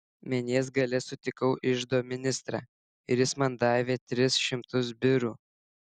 menės gale sutikau iždo ministrą ir jis man davė tris šimtus birų